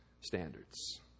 standards